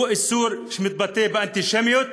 הוא איסור שמתבטא באנטישמיות,